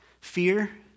Fear